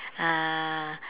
uh